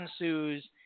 ensues